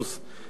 העלול לפגוע,